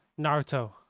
Naruto